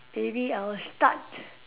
maybe I will start